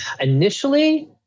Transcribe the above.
initially